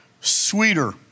sweeter